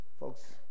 Folks